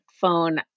phone